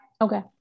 Okay